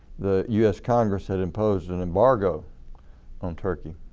the us congress had imposed an embargo on turkey.